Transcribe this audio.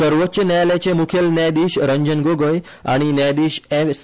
सर्वोच्च न्यायालयाचे मुखेल न्यायाधिश रंजन गोगोय आनी न्यायाधिश एस